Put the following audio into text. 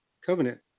covenant